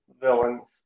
villains